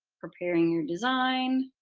preparing your design.